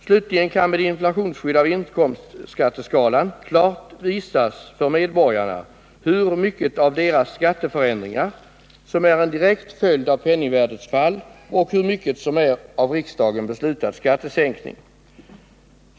Slutligen kan med inflationsskydd av inkomstskatteskalan klart visas för medborgarna hur mycket av deras skatteförändringar som är en direkt följd av penningvärdets fall och hur mycket som är av riksdagen beslutad skattesänkning.